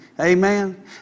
Amen